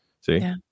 See